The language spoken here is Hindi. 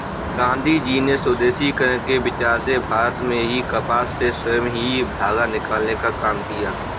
गाँधीजी ने स्वदेशीकरण के विचार से भारत में ही कपास से स्वयं ही धागा निकालने का काम किया